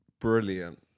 Brilliant